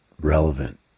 relevant